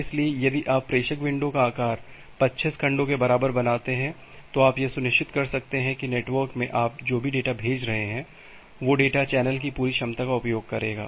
इसलिए यदि आप प्रेषक विंडो का आकार 25 खंडों के बराबर बनाते हैं तो आप यह सुनिश्चित कर सकते हैं कि नेटवर्क में आप जो भी डेटा भेज रहे हैं वह डेटा चैनल की पूरी क्षमता का उपयोग करेगा